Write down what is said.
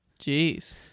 Jeez